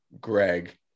Greg